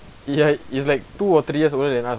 ya he's like two or three years older than us